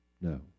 No